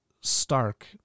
stark